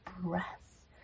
breath